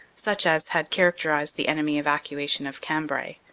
such as had character ized the enemy evacuation of cambrai.